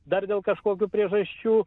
dar dėl kažkokių priežasčių